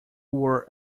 were